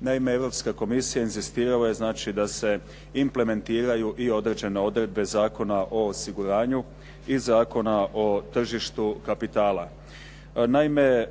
Naime, Europska komisija inzistirala je znači da se implementiraju i određene odredbe Zakona o osiguranju i Zakona o tržištu kapitala. Naime,